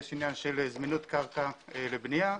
יש עניין של זמינות קרקע לבנייה.